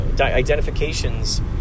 identifications